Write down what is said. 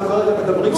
אנחנו כרגע מדברים,